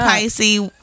Pisces